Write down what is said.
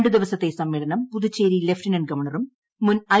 രണ്ട് ദിവ്വസ്സ്ത്ത് സമ്മേളനം പുതുച്ചേരി ലഫ്റ്റനന്റ് ഗവർണറും മുൻ ഐ